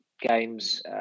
games